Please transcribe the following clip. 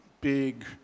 big